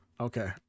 Okay